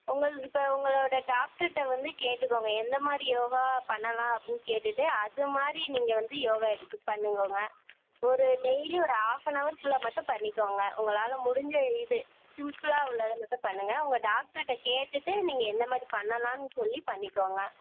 உங்கள் இப்போ உங்களோடய டாக்டர்ட வந்து கேட்டுக்கோங்க எந்த மாதிரி யோகா பண்ணலாம் அப்படின்னு கேட்டுட்டு அது மாதிரி நீங்கள் வந்து யோகா எடுத்து பண்ணுங்கோங்க ஒரு டெய்லியும் ஒரு ஹாஃபனவர்குள்ள மட்டும் பண்ணிக்கோங்க உங்களால் முடிந்த இது சிம்பிளா உள்ளதை மட்டும் பண்ணுங்கள் உங்கள் டாக்டர்ட கேட்டுட்டு நீங்கள் என்ன மாதிரி பண்ணலாம்னு சொல்லி பண்ணிக்கோங்க